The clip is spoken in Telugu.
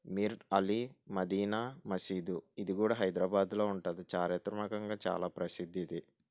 మీర్ అలీ మదీనా మసీదు ఇది కూడా హైదరాబాద్లో ఉంటుంది చారిత్రాత్మకంగా చాలా ప్రసిద్ధి ఇది